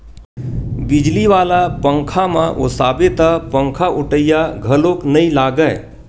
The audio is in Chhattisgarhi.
बिजली वाला पंखाम ओसाबे त पंखाओटइया घलोक नइ लागय